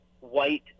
white